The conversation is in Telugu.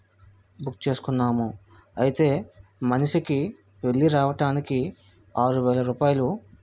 బుక్ చేసుకున్నాము అయితే మనిషికి వెళ్ళి రావటానికి ఆరు వేల రూపాయలు